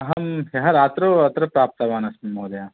अहं ह्यः रात्रौ अत्र प्राप्तवानस्मि महोदय